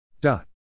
dot